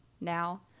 now